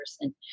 person